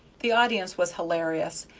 the audience was hilarious,